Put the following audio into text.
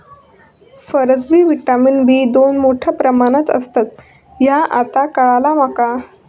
फारसबी vitamin B दोन मोठ्या प्रमाणात असता ह्या आता काळाला माका